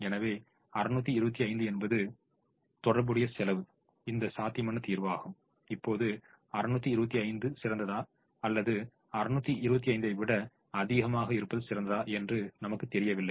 எனவே 625 என்பது தொடர்புடைய செலவு இந்த சாத்தியமான தீர்வாகும் இப்போது 625 சிறந்ததா அல்லது 625 ஐ விட அதிகமாக இருப்பது சிறந்ததா என்று நமக்குத் தெரியவில்லை